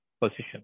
position